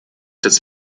des